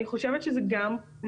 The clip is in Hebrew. אני חושבת שצריך